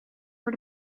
voor